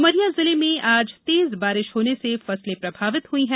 उमरिया जिले में आज तेज बारिश होने से फसले प्रभावित हई हैं